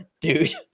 dude